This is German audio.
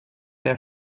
der